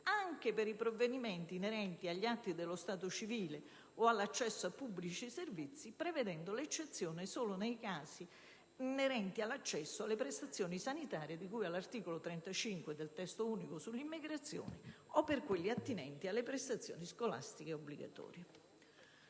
anche per i provvedimenti inerenti agli atti dello stato civile o all'accesso a pubblici servizi, prevedendo l'eccezione solo nei casi inerenti all'accesso alle prestazioni sanitarie, di cui all'articolo 35 del Testo unico sull'immigrazione, o per quelli attinenti alle prestazioni scolastiche obbligatorie.